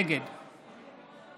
נגד